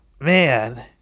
man